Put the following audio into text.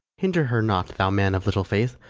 hinder her not, thou man of little faith,